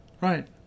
Right